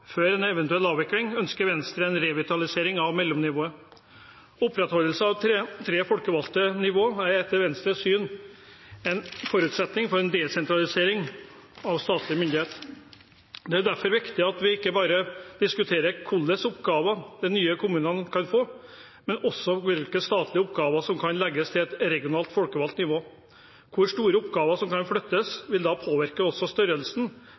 før en eventuell avvikling, ønsker Venstre en revitalisering av mellomnivået. Opprettholdelsen av tre folkevalgte nivå er etter Venstres syn en forutsetning for en desentralisering av statlig myndighet. Det er derfor viktig at vi ikke bare diskuterer hvilke oppgaver de nye kommunene kan få, men også hvilke statlige oppgaver som kan legges til et regionalt, folkevalgt nivå. Hvor store oppgaver som kan flyttes, vil da påvirke størrelsen